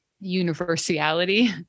universality